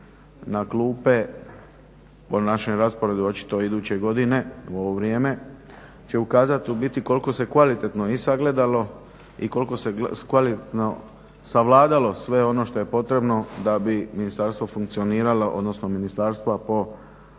na klupe po našem rasporedu očito iduće godine u ovo vrijeme će ukazati u biti koliko se kvalitetno i sagledalo i koliko se kvalitetno savladalo sve ono što je potrebno da bi ministarstvo funkcioniralo, odnosno ministarstva po